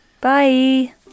bye